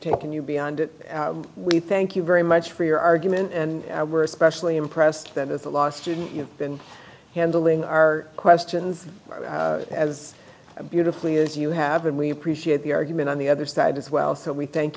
taking you beyond it we thank you very much for your argument and i were especially impressed that as a law student you have been handling our questions as beautifully as you have and we appreciate the argument on the other side as well so we thank